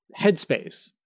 headspace